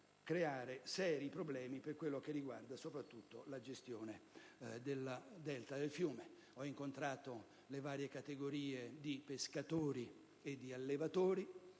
creare seri problemi per quanto riguarda soprattutto la gestione del delta del fiume. Ho incontrato varie categorie, come i pescatori e gli allevatori;